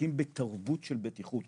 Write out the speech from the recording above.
עוסקים בתרבות של בטיחות,